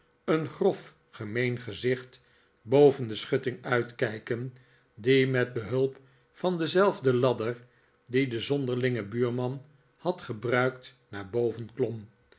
een grof gemeen gezicht boven de schutting uitkijken die met behulp van dezelfde ladder die de zonderlinge buurman had gebruikt naar boven